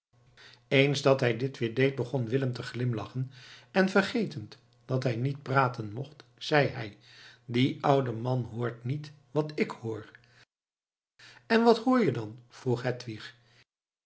eens dat hij dit weer deed begon willem te glimlachen en vergetend dat hij niet praten mocht zeî hij die oude man hoort niet wat ik hoor en wat hoor je dan vroeg